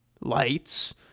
lights